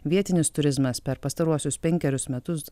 vietinis turizmas per pastaruosius penkerius metus